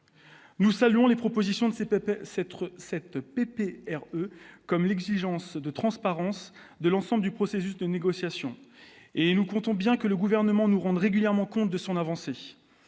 Nous saluons les propositions de ces peuples, s'être cet air comme l'exigence de transparence de l'ensemble du processus de négociation et nous comptons bien que le gouvernement nous rendent régulièrement compte de son avancée